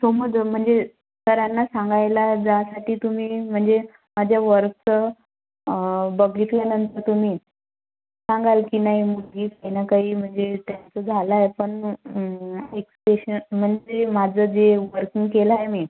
समज म्हणजे सरांना सांगायला जा साठी तुम्ही म्हणजे माझ्या वर्कचं बघितल्यानंतर तुम्ही सांगाल की नाही हीच याना काही म्हणजे टेस्ट झालं आहे पण एक म्हणजे माझं जे वर्किंग केलं आहे मी